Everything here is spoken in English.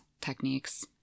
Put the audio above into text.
techniques